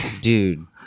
dude